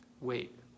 Wait